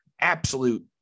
absolute